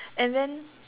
and then